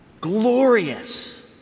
Glorious